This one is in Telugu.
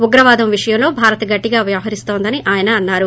ఉగ్రవాదం విషయంలో భారత్ గట్టిగా వ్యవహరిస్తోందని ఆయన అన్నారు